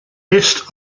best